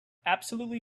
absolutely